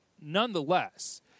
Nonetheless